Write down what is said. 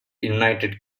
united